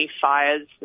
fires